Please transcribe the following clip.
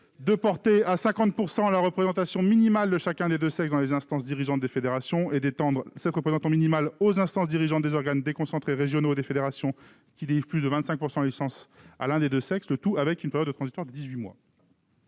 de porter à 50 % la représentation minimale de chacun des deux sexes dans les instances dirigeantes des fédérations et d'étendre cette représentation minimale aux instances dirigeantes des organes déconcentrés régionaux des fédérations qui délivrent plus de 25 % des licences à l'un des deux sexes, le tout avec une période transitoire de dix-huit